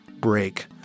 break